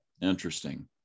Interesting